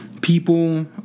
People